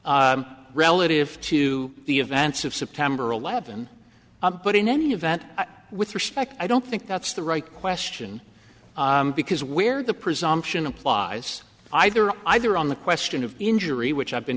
predicates relative to the events of september eleventh but in any event with respect i don't think that's the right question because where the presumption applies either or either on the question of injury which i've been